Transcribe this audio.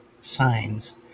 signs